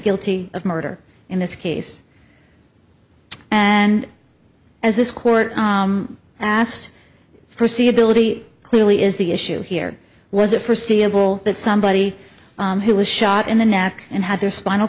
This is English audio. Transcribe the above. guilty of murder in this case and as this court asked for see ability clearly is the issue here was it forseeable that somebody who was shot in the neck and had their spinal